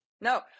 No